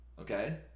Okay